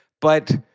But-